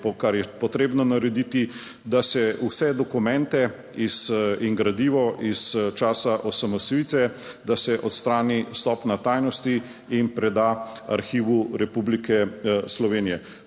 kar je potrebno narediti, da se vse dokumente in gradivo iz časa osamosvojitve, da se odstrani stopnja tajnosti in preda Arhivu Republike Slovenije.